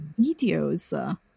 videos